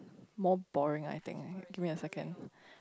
more boring I think give me a second